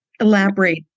elaborate